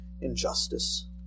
Injustice